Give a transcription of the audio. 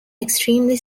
extremely